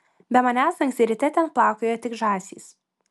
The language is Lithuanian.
be manęs anksti ryte ten plaukiojo tik žąsys